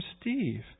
Steve